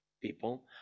people